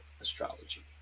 Astrology